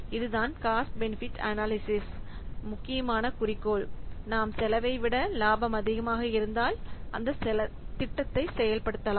இதுதான் cost benefit analysis முக்கியமான குறிக்கோள் நாம் செலவை விட லாபம் அதிகமாக இருந்தால் அந்தத் திட்டத்தை செயல்படுத்தலாம்